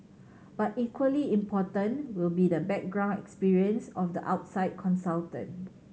but equally important will be the background experience of the outside consultant